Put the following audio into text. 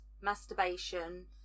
masturbation